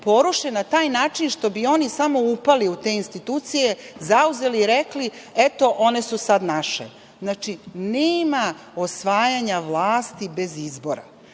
poruše na taj način što bi oni samo upali u te institucije, zauzeli i rekli – eto, one su sada naše. Nema osvajanja vlasti bez izbora. Ako